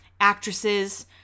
actresses